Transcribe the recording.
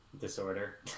disorder